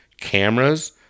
cameras